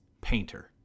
Painter